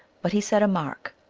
but he set a mark,